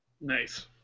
Nice